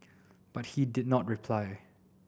but he did not reply